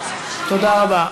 תודה רבה.